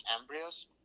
embryos